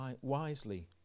wisely